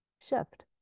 shift